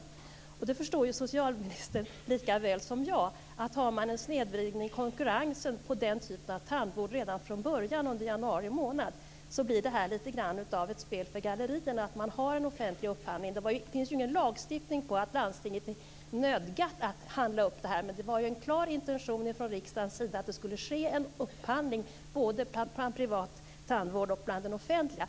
Socialministern förstår ju lika väl som jag att har man en snedvridning av konkurrensen när det gäller den typen av tandvård redan från början under januari månad blir det lite grann av ett spel för gallerierna att ha en offentlig upphandling. Det finns ju ingen lagstiftning om att landstinget är nödgat att handla upp detta, men det var ju en klar intention från riksdagens sida att det skulle ske en upphandling inom både den privata tandvården och den offentliga.